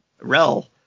rel